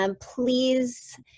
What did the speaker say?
Please